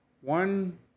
one